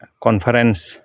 conference